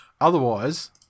Otherwise